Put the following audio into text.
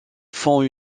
font